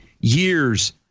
years